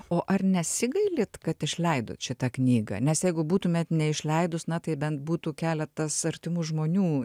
o ar nesigailit kad išleidot šitą knygą nes jeigu būtumėt neišleidus na tai bent būtų keletas artimų žmonių